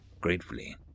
gratefully